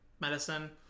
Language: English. medicine